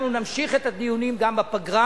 אנחנו נמשיך את הדיונים גם בפגרה.